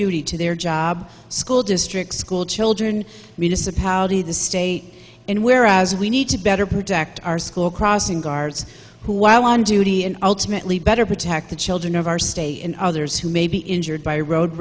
duty to their job school district school children municipality the state and whereas we need to better protect our school crossing guards who while on duty in alt at least better protect the children of our state and others who may be injured by road